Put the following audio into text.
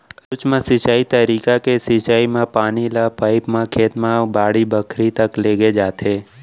सूक्ष्म सिंचई तरीका के सिंचई म पानी ल पाइप म खेत म बाड़ी बखरी तक लेगे जाथे